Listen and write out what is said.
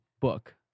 book